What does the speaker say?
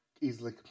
Easily